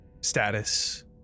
status